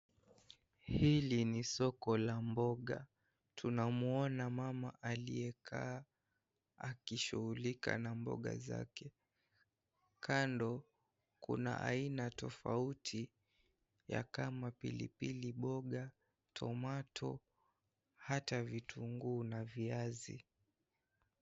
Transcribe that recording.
Hili ni soko la mboga, tunamwona mama aliyekaa akishugulika na mboga zake, kando kuna aina tofauti ya kama pilipili boga, tomato hata vitunguu na viazi.